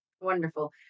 Wonderful